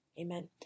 amen